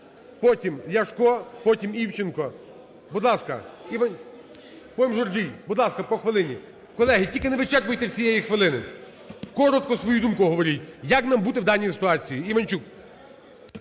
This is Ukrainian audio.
Іванчук, потім – Журжій. Будь ласка, по хвилині. Колеги, тільки не вичерпуйте всієї хвилини, коротко свою думку говоріть, як нам бути в даній ситуації. Іванчук.